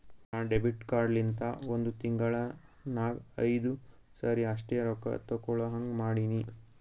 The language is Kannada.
ನಾ ಡೆಬಿಟ್ ಕಾರ್ಡ್ ಲಿಂತ ಒಂದ್ ತಿಂಗುಳ ನಾಗ್ ಐಯ್ದು ಸರಿ ಅಷ್ಟೇ ರೊಕ್ಕಾ ತೇಕೊಳಹಂಗ್ ಮಾಡಿನಿ